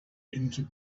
into